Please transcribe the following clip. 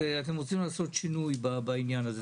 שאתם רוצים לעשות שינוי בעניין הזה,